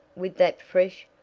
with that fresh,